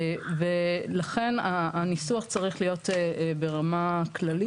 לכן הניסוח צריך להיות ברמה כללית.